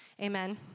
Amen